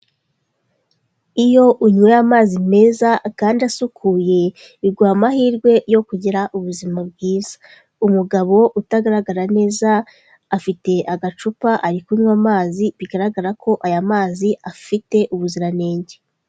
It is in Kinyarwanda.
Iyo unyweye amazi meza kandi asukuye iguha amahirwe yo kugira ubuzima bwiza, umugabo utagaragara neza afite agacupa ari kunywa amazi bigaragara ko aya mazi afite ubuziranenge.